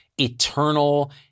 eternal